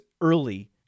early